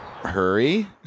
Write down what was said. Hurry